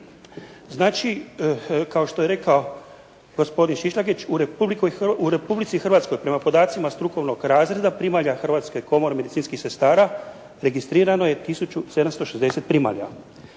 Znači, kao što je rekao gospodin Šišljagić u Republici Hrvatskoj prema podacima strukovnog razreda primalja Hrvatske komore medicinskih sestara, registrirano je tisuću 760 primalja.